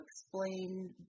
explain